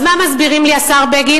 אז מה מסבירים לי, השר בגין?